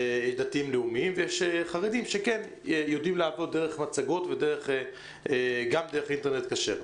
דתיים לאומיים ויש חרדים שיודעים לעבוד במצגות וגם דרך אינטרנט כשר.